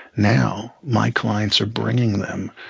now my clients are bringing them,